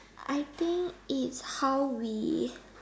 I think it's how we